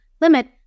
limit